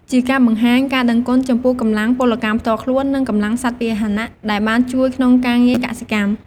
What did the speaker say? ជាការ បង្ហាញការដឹងគុណ ចំពោះកម្លាំងពលកម្មផ្ទាល់ខ្លួន និងកម្លាំងសត្វពាហនៈដែលបានជួយក្នុងការងារកសិកម្ម។